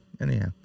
Anyhow